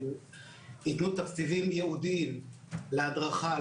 שיתנו תקציבים ייעודים להדרכה,